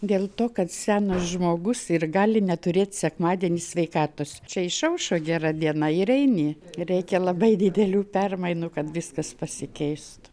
dėl to kad senas žmogus ir gali neturėt sekmadienį sveikatos čia išaušo gera diena ir eini reikia labai didelių permainų kad viskas pasikeistų